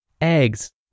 eggs